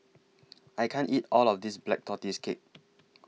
I can't eat All of This Black Tortoise Cake